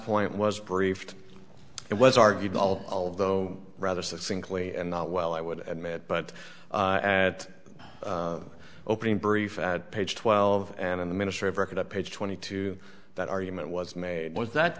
point was briefed it was argued all although rather succinctly and not well i would admit but at opening brief at page twelve and in the ministry of record at page twenty two that argument was made was that